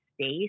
space